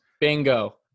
Bingo